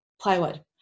plywood